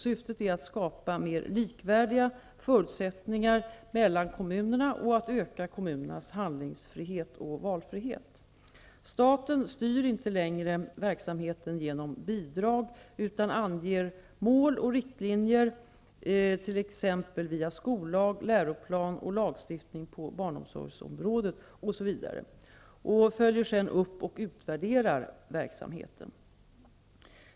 Syftet är att skapa mer likvärdiga förutsättningar mellan kommunerna och att öka kommunernas handlingsfrihet och valfrihet. Staten styr inte längre verksamheten genom bidrag utan anger mål och riktlinjer, t.ex. via skollag, läroplan och lagstiftning på barnomsorgsområdet, och följer sedan upp och utvärderar verksamheten.